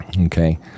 Okay